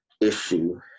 issue